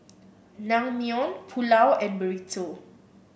Naengmyeon Pulao and Burrito